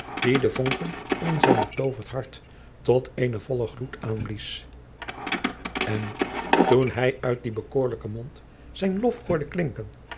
die de vonken in zijn betooverd hart tot eenen vollen gloed aanblies en toen hij uit dien bekoorlijken mond zijn lof hoorde klinken